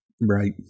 Right